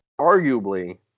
arguably